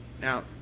Now